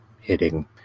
hitting